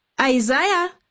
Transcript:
Isaiah